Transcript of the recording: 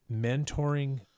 mentoring